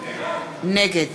נגד